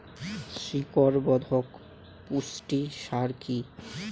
শিকড় বর্ধক পুষ্টি সার কি?